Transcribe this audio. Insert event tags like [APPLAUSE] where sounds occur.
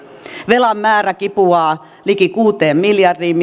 otetaan määrä kipuaa liki kuuteen miljardiin [UNINTELLIGIBLE]